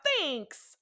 thanks